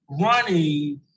running